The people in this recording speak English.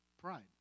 Pride